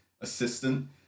assistant